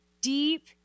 deep